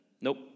Nope